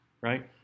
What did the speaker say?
right